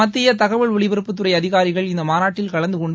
மத்திய தகவல் ஒலிபரப்புத்துறை அதிகாரிகள் இந்த மாநாட்டில் கலந்து கொண்டு